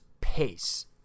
pace